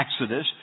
Exodus